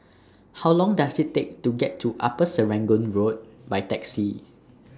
How Long Does IT Take to get to Upper Serangoon Road By Taxi